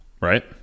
right